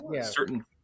certain